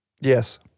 Yes